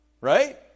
right